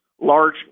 large